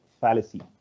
fallacy